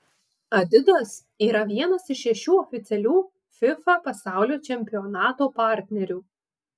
adidas yra vienas iš šešių oficialių fifa pasaulio čempionato partnerių